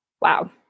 Wow